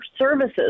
services